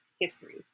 history